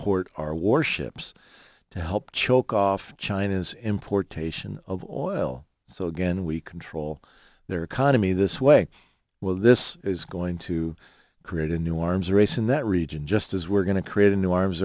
port our warships to help choke off china's importation of oil so again we control their economy this way while this is going to create a new arms race in that region just as we're going to create a new arms